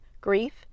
grief